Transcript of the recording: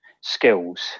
skills